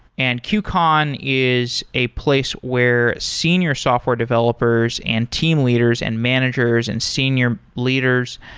and qcon is a place where senior software developers and team leaders and managers and senior leaders,